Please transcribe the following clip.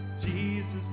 Jesus